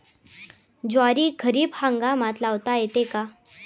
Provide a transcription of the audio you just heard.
ज्वारी खरीप हंगामात लावता येते का?